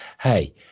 hey